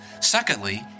Secondly